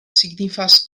signifas